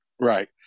Right